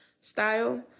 style